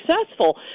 successful